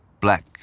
black